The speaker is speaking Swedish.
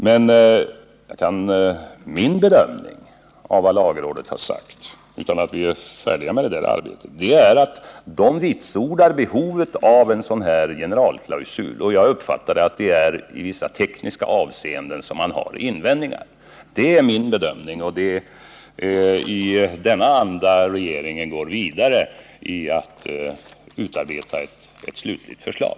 Men min bedömning av vad lagrådet har sagt — utan att vi är färdiga med det här arbetet — är att lagrådet vitsordar behovet av en sådan här generalklausul, och jag uppfattar det så att det är i vissa tekniska avseenden som man har invändningar. Det är, som sagt, min bedömning och det är i denna anda som regeringen går vidare för att utarbeta ett slutligt förslag.